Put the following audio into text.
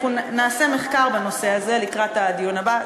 אנחנו נעשה מחקר בנושא הזה לקראת הדיון הבא,